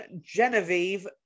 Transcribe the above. Genevieve